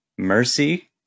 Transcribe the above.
mercy